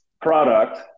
product